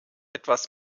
etwas